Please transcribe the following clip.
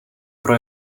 pro